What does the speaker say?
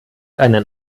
einen